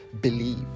believe